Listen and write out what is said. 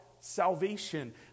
salvation